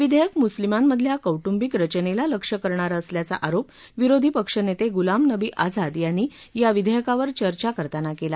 विधेयक मुस्लिमांमधल्या कौटूंबिक रचनेला लक्ष्य करणारं असल्याचा आरोप विरोधी पक्षनेते गुलाम नबी आझाद यांनी या विधेयकावर चर्चा करताना केला